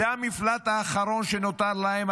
זה המפלט האחרון שנותר להם,